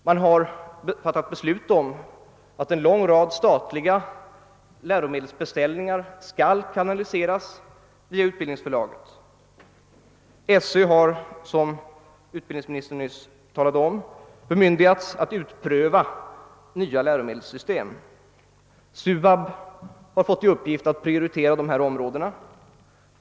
Man har fattat beslut om att statliga läromedelsbe ställningar skall kanaliseras via Utbildningsförlaget. Sö har, som utbildningsministern nyss sade, bemyndigats att utpröva nya läromedelssystem. SUAB har fått i uppgift att prioritera dessa områden.